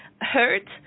hurt